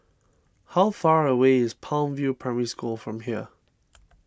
how far away is Palm View Primary School from here